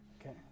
Okay